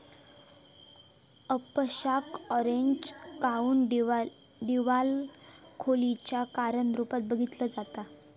अपयशाक Orange County दिवाळखोरीच्या कारण रूपात बघितला जाता